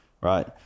right